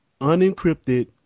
unencrypted